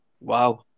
Wow